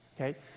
okay